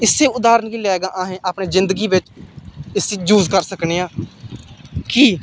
इसी उदाहरण गी लै के असें अपनी जिंदगी बिच्च इसी यूज कर सकने आं कि